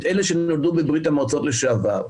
את אלה שנולדו בברית המועצות לשעבר,